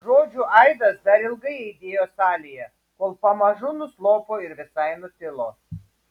žodžių aidas dar ilgai aidėjo salėje kol pamažu nuslopo ir visai nutilo